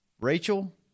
rachel